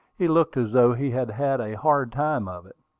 he looked as though he had had a hard time of it.